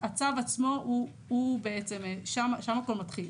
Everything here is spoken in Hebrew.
הצו עצמו שם הכל מתחיל,